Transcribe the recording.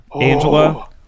Angela